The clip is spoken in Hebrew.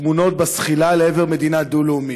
הטמונות בזחילה לעבר מדינה דו-לאומית.